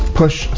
push